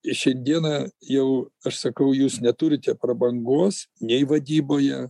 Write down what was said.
i šiandieną jau aš sakau jūs neturite prabangos nei vadyboje